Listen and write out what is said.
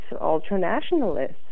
ultra-nationalists